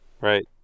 Right